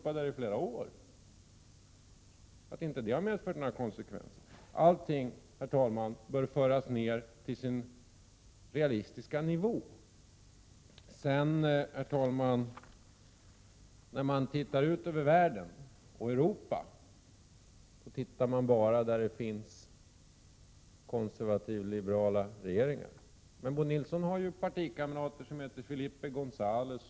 Varför har inte det medfört några konsekvenser? Herr talman! Allting bör föras ned till sin realistiska nivå. När socialdemokraterna tittar ut över världen och Europa tittar de bara där det finns konservativa och liberala regeringar. Men Bo Nilsson har en partikamrat som heter Felipe Gonzales.